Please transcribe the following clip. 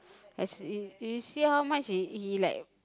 as in do you see how much he he like